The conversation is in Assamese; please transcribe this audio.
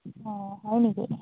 অঁ হয় নেকি